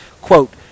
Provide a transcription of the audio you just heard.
Quote